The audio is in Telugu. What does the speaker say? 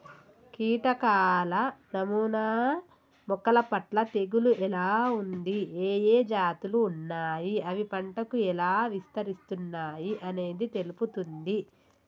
కీటకాల నమూనా మొక్కలపట్ల తెగులు ఎలా ఉంది, ఏఏ జాతులు ఉన్నాయి, అవి పంటకు ఎలా విస్తరిస్తున్నయి అనేది తెలుపుతుంది